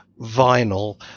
vinyl